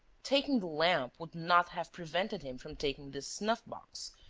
taking the lamp would not have prevented him from taking this snuff-box,